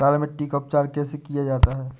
लाल मिट्टी का उपचार कैसे किया जाता है?